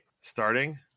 Starting